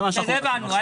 זה הבנו.